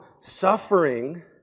suffering